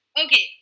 okay